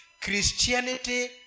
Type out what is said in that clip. Christianity